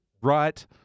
Right